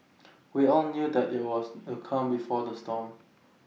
we all knew that IT was the calm before the storm